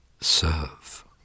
serve